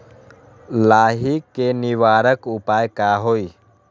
लाही के निवारक उपाय का होई?